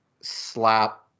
slap